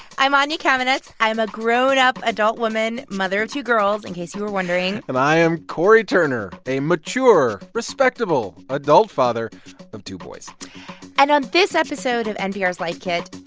i'm anya kamenetz. i'm a grown-up adult woman, mother of two girls, in case you were wondering and i am cory turner, a mature, respectable adult father of two boys and on this episode of npr's life kit,